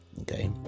Okay